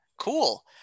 Cool